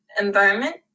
environment